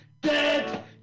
dead